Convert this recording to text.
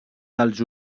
dels